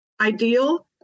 ideal